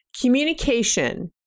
communication